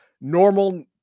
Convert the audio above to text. normal